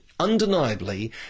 Undeniably